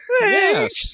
Yes